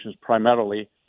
primarily